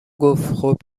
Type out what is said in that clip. گفتخوب